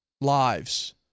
lives